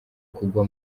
kugwa